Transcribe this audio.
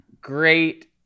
great